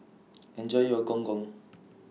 Enjoy your Gong Gong